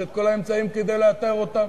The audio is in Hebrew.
יש כל האמצעים כדי לאתר אותן.